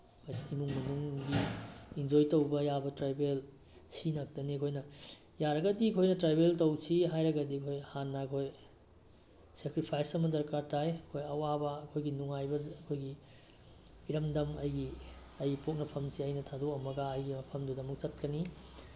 ꯏꯃꯨꯡ ꯃꯅꯨꯡꯒꯤ ꯏꯟꯖꯣꯏ ꯇꯧꯕ ꯌꯥꯕ ꯇ꯭ꯔꯥꯕꯦꯜ ꯁꯤ ꯉꯥꯛꯇꯅꯤ ꯑꯩꯈꯣꯏꯅ ꯌꯥꯔꯒꯗꯤ ꯑꯩꯈꯣꯏꯅ ꯇ꯭ꯔꯥꯕꯦꯜ ꯇꯧꯁꯤ ꯍꯥꯏꯔꯒꯗꯤ ꯑꯩꯈꯣꯏ ꯍꯥꯟꯅ ꯑꯩꯈꯣꯏ ꯁꯦꯀ꯭ꯔꯤꯐꯥꯏꯁ ꯑꯃ ꯗꯔꯀꯥꯔ ꯇꯥꯏ ꯑꯩꯈꯣꯏ ꯑꯋꯥꯕ ꯑꯩꯈꯣꯏꯒꯤ ꯅꯨꯡꯉꯥꯏꯕ ꯑꯩꯈꯣꯏꯒꯤ ꯏꯔꯝꯗꯝ ꯑꯩꯒꯤ ꯑꯩ ꯄꯣꯛꯅꯐꯝꯁꯦ ꯑꯩꯅ ꯊꯥꯗꯣꯛꯑꯝꯃꯒ ꯑꯩꯒꯤ ꯃꯐꯝꯗꯨꯗ ꯑꯃꯨꯛ ꯆꯠꯀꯅꯤ